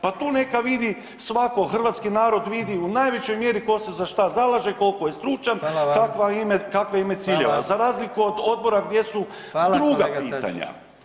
Pa tu neka vidi svako, hrvatski narod vidi u najvećoj mjeri tko se za što zalaže, koliko je stručan, [[Upadica: Hvala.]] kakva im je ciljeva [[Upadica: Hvala.]] za razliku od odbora gdje su druga [[Upadica: Hvala kolega Sačić.]] pitanja.